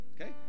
Okay